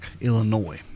illinois